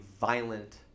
violent